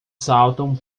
saltam